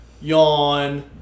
Yawn